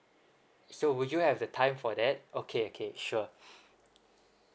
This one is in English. so would you have the time for that okay okay sure